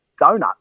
donut